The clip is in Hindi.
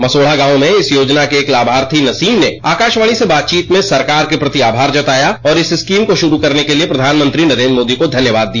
मसोढ़ा गांव में इस योजना के एक लाभार्थी नसीम ने आकाशवाणी से बातचीत में सरकार के प्रति आभार जताया और इस स्कीम को शुरू करने के लिए प्रधानमंत्री नरेन्द्र मोदी को धन्यवाद दिया